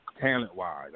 talent-wise